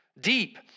Deep